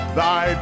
thy